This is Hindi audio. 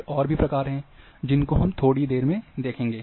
फिर और भी प्रकार हैं जिनको हम थोड़ी देर बाद देखेंगे